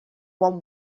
one